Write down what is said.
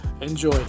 enjoy